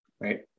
right